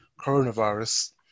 coronavirus